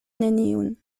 neniun